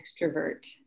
extrovert